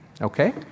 Okay